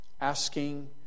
asking